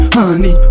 Honey